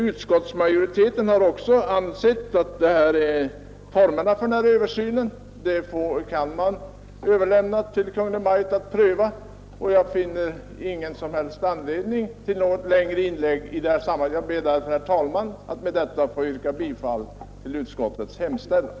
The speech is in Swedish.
Utskottet säger emellertid att formerna för en sådan översyn torde böra bestämmas av Kungl. Maj:t. Herr talman! Jag finner ingen anledning att hålla något längre anförande i detta sammanhang utan ber med det anförda att få yrka bifall till utskottets hemställan.